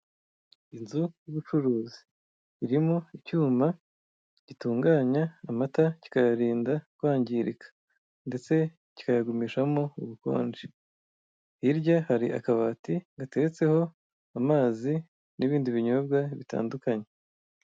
Inzu y'ubucuruzi irimo icyuma gitunganya amata kikayarinda kwangirika ndetse kikayagumishamo ubukonje hirya hari akabati gateretseho amazi n'ibindi binyobwa bitandukanye.